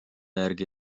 järgi